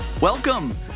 Welcome